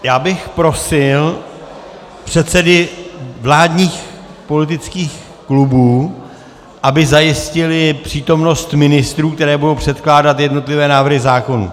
Já bych prosil předsedy vládních politických klubů, aby zajistili přítomnost ministrů, kteří budou předkládat jednotlivé návrhy zákonů.